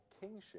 kingship